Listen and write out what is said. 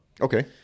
Okay